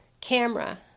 camera